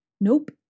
Nope